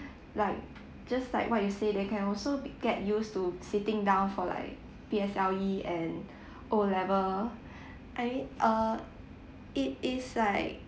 like just like what you say they can also get used to sitting down for like P_S_L_E and O-level I mean err it is like